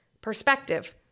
perspective